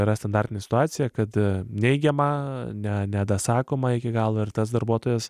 yra standartinė situacija kad neigiama ne nedasakoma iki galo ir tas darbuotojas